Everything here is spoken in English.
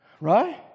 Right